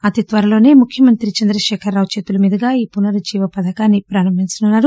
అతి త్వరలోనే రాష్ట ముఖ్యమంత్రి చంద్రశేఖర రావు చేతుల మీదుగా ఈ పునరుజ్జీవ పథకాన్సి ప్రారంభించనున్నారు